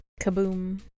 kaboom